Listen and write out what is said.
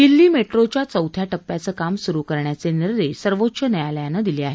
दिल्ली मेट्रोच्या चौथ्या टप्प्याचं काम सुरु करण्याचे निर्देश सर्वोच्च न्यायालयाने दिले आहेत